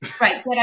Right